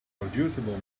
reproducible